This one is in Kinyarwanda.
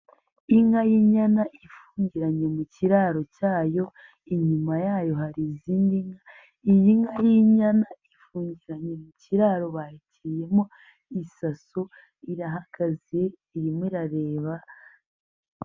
Inka y'inyana ifungiranye mu kiraro cyayo, inyuma yayo hari izindi nka, iyi nka y'inyana ifungiranye mu kiraro bayishiriyemo isaso, irahagaze irimo irareba.